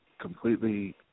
completely